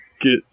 get